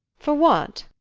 for what?